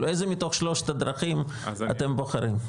איזה מתוך שלושת הדרכים אתם בוחרים?